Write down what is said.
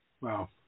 Wow